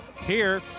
here